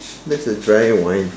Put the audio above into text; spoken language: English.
that's a dry wine